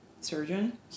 surgeon